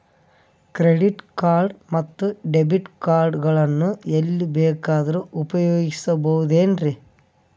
Credit card ಮತ್ತು debit card ಗಳನ್ನು ಎಲ್ಲಿ ಬೇಕಾದ್ರು ಉಪಯೋಗಿಸಬಹುದೇನ್ರಿ?